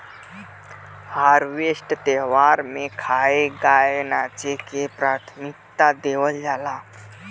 harvest त्यौहार में खाए, गाए नाचे के प्राथमिकता देवल जाला